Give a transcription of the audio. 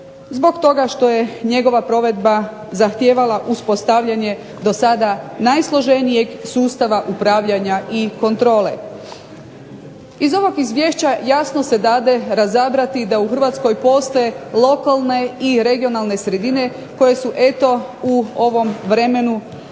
zbog toga što je njegova provedba zahtijevala uspostavljanje do sada najsloženijeg sustava upravljanja i kontrole. Iz ovog izvješća jasno se dade razabrati da u Hrvatskoj postoje lokalne i regionalne sredine koje su u ovom vremenu